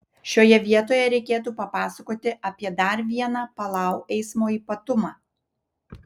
šioje vietoje reikėtų papasakoti apie dar vieną palau eismo ypatumą